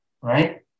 Right